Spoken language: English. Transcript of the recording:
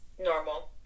normal